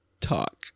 talk